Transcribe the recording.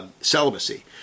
celibacy